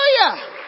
Hallelujah